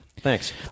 Thanks